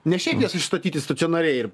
ne šiaipjas išstatyti stacionariai ir